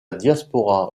diaspora